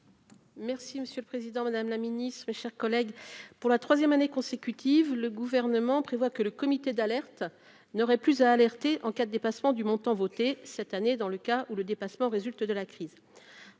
Merci monsieur le Président, Madame la Ministre, chers collègues, pour la 3ème année consécutive, le gouvernement prévoit que le comité d'alerte n'aurait plus à alerter en cas de dépassement du montant voté cette année dans le cas où le dépassement résulte de la crise,